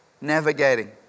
navigating